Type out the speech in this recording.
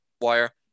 wire